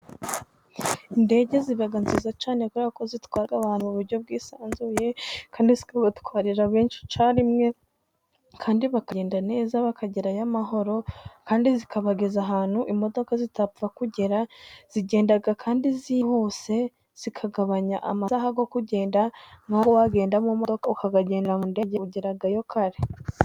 Indege ziba nziza cyane, kubera kuko zitwara abantu mu buryo bwisanzuye kandi zikabatwarira benshi icya rimwe, kandi bakagenda neza bakagerayo amahoro kandi zikabageza ahantu imodoka zitapfa kugera, zigendaga kandi zihuse zikagabanya amasaha yo kugenda, nkaho wagenda mu modoka ukagendera mu ndege ugerayo kare.